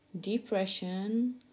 depression